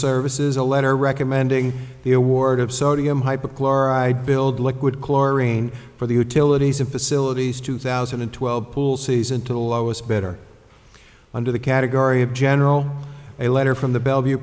services a letter recommending the award of sodium hypochlorite build liquid chlorine for the utilities and facilities two thousand and twelve pool season to lowest better under the category of general a letter from the bellevue